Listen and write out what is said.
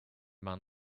man